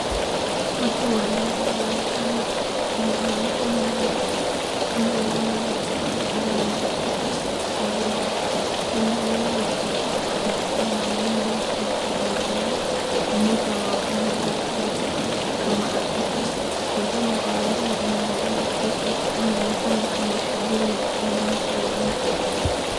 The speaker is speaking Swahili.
Watu wanne wanaonekana. Mwanamke mmoja ameinama huku akipanda mti kwa jembe. Kuna wanaume watatu wakiwa wamesimama nyuma yake wakimwangalia. Mmoja wao amevaa sare kama afisa. Wengine wawili wamevaa suti ,inaonekana kama shughuli ya upandaji wa miti.